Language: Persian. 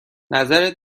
نظرت